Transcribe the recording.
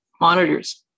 monitors